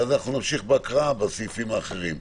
ונמשיך בהקראת הסעיפים האחרים,